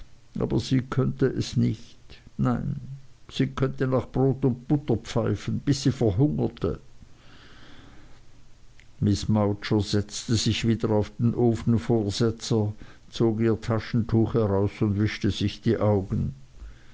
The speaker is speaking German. aber sie könnte es nicht nein sie könnte nach brot und butter pfeifen bis sie verhungerte miß mowcher setzte sich wieder auf den ofenvorsetzer zog ihr taschentuch heraus und wischte sich die augen